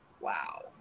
Wow